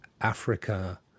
Africa